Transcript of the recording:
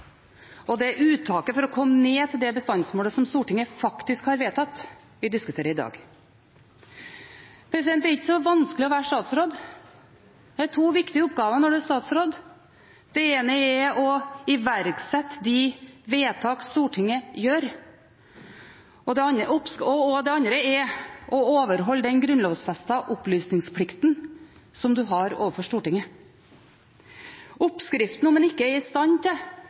det er uttaket for å komme ned til det bestandsmålet som Stortinget faktisk har vedtatt, vi diskuterer i dag. Det er ikke så vanskelig å være statsråd. Det er to viktige oppgaver når man er statsråd. Det ene er å iverksette de vedtak Stortinget gjør. Det andre er å overholde den grunnlovsfestede opplysningsplikten som man har overfor Stortinget. Oppskriften, om man ikke er i stand til